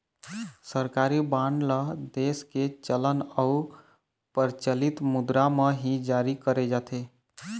सरकारी बांड ल देश के चलन अउ परचलित मुद्रा म ही जारी करे जाथे